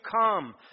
come